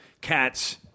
cats